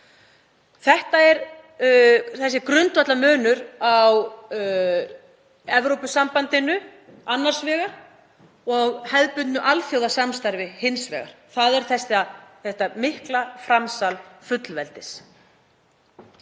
Þetta er grundvallarmunur á Evrópusambandinu annars vegar og hefðbundnu alþjóðasamstarfi hins vegar, þetta mikla framsal fullveldis.